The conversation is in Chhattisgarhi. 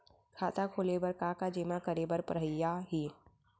खाता खोले बर का का जेमा करे बर पढ़इया ही?